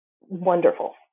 wonderful